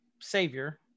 savior